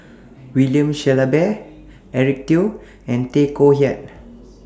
William Shellabear Eric Teo and Tay Koh Yat